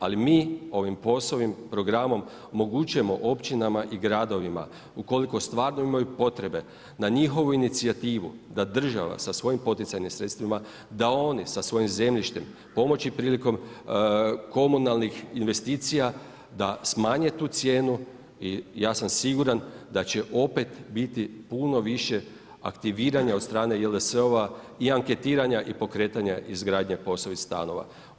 Ali mi ovim POS-ovim programom omogućujemo općinama i gradovima ukoliko stvarno imaju potrebe na njihovu inicijativu da država sa svojim poticajnim sredstvima, da oni sa svojim zemljištem pomoći prilikom komunalnih investicija da smanje tu cijenu i ja sam siguran da će opet biti puno više aktiviranja od strane JLS-ova i anketiranja i pokretanja izgradnje POS-ovih stanova.